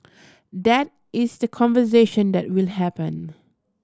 that is the conversation that will happen